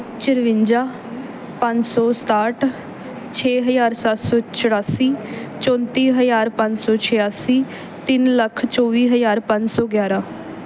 ਚੁਰੰਜਾ ਪੰਜ ਸੌ ਸਤਾਹਠ ਛੇ ਹਜ਼ਾਰ ਸੱਤ ਸੌ ਚੁਰਾਸੀ ਚੌਂਤੀ ਹਜ਼ਾਰ ਪੰਜ ਸੌ ਛਿਆਸੀ ਤਿੰਨ ਲੱਖ ਚੌਵੀ ਹਜ਼ਾਰ ਪੰਜ ਸੌ ਗਿਆਰਾਂ